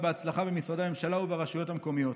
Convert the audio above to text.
בהצלחה במשרדי הממשלה וברשויות המקומיות.